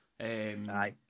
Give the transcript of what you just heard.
Aye